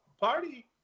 Party